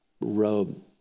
robe